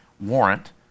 warrant